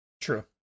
true